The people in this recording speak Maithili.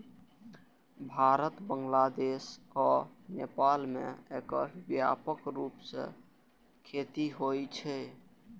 भारत, बांग्लादेश आ नेपाल मे एकर व्यापक रूप सं खेती होइ छै